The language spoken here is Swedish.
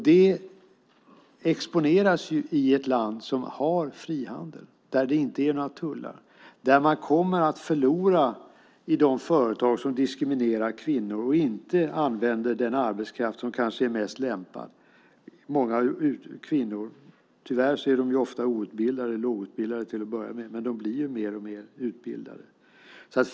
Det exponeras i ett land som har frihandel, där det inte är några tullar och där man kommer att förlora i de företag som diskriminerar kvinnor och inte använder den arbetskraft som kanske är mest lämpad. Tyvärr är kvinnor ofta outbildade eller lågutbildade till att börja med, men de blir mer och mer utbildade.